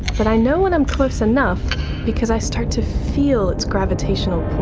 but i know when i'm close enough because i start to feel its gravitational